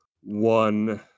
one